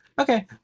Okay